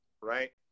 right